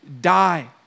die